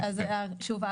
אז שוב,